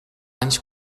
anys